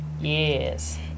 Yes